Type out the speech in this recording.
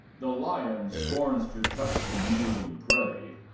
the lion scorns to touch the yielding prey,